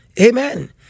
amen